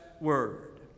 word